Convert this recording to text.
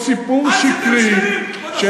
פה סיפור שקרי, אל תספר שקרים, כבוד השר.